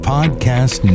Podcast